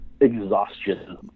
exhaustion